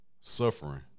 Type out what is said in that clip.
suffering